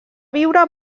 viure